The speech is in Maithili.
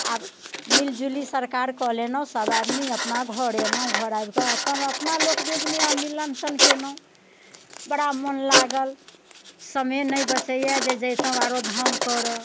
आब मिलजुली सरकारकऽ लेलहुँ सब आदमी अपना घर अयलहुँ घर आबिके अपना लोक वेदमे मिलन सन केलहुँ बड़ा मोन लागल समय नहि बचैये जे जैतहुँ आरो धाम करऽ